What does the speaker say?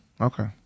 Okay